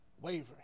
wavering